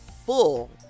full